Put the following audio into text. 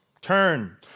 turn